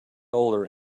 older